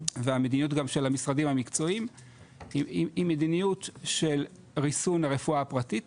והמדיניות גם של המשרדים המקצועיים היא מדיניות של ריסון הרפואה הפרטית,